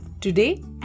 today